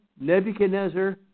Nebuchadnezzar